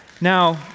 Now